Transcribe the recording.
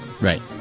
Right